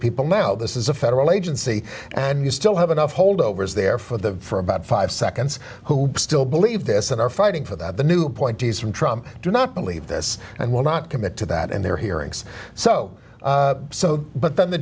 people now this is a federal agency and you still have enough holdovers there for the for about five seconds who still believe this and are fighting for the new point to some trump do not believe this and will not commit to that in their hearings so so but then the